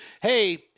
hey